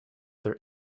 their